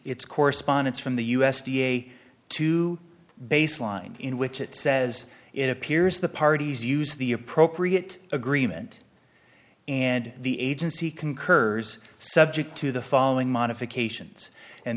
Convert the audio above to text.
it's correspondence from the u s d a to baseline in which it says it appears the parties use the appropriate agreement and the agency concurs subject to the following modifications and